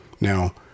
now